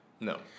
No